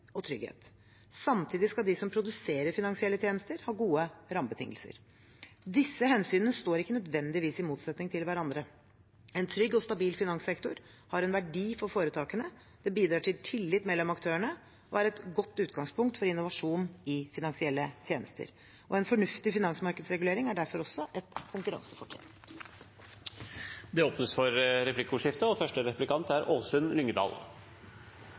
og trygghet. Samtidig skal de som produserer finansielle tjenester, ha gode rammebetingelser. Disse hensynene står ikke nødvendigvis i motsetning til hverandre. En trygg og stabil finanssektor har en verdi for foretakene, det bidrar til tillit mellom aktørene, og er et godt utgangspunkt for innovasjon i finansielle tjenester. En fornuftig finansmarkedsregulering er derfor også et konkurransefortrinn. Det blir replikkordskifte.